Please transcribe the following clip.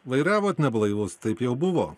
vairavot neblaivus taip jau buvo